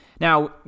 Now